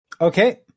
Okay